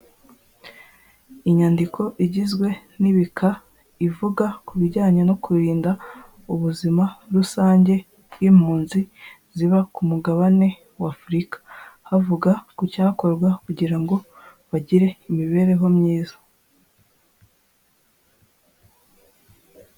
Inyandiko igizwe n'ibika ivuga ku bijyanye no kurinda ubuzima rusange bw'impunzi ziba ku mugabane wa' Afurika havuga ku cyakorwa kugira ngo bagire imibereho myiza.